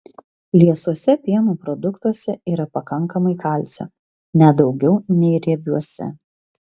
liesuose pieno produktuose yra pakankamai kalcio net daugiau nei riebiuose